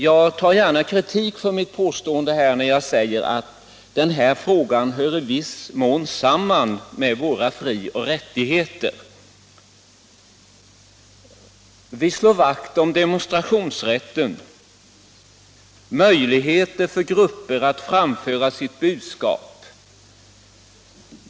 Jag tar gärna kritik för mitt påstående när jag säger att den här frågan i viss mån hör samman med våra frioch rättigheter. Vi slår vakt om demonstrationsrätten, möjligheter för grupper att framföra sitt budskap.